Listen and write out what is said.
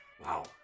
Wow